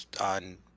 on